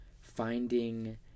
finding